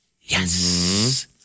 Yes